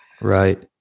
right